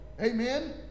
Amen